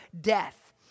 death